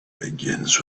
begins